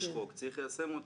יש חוק, צריך ליישם אותו.